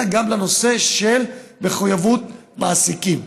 אלא גם לנושא של מחויבות מעסיקים.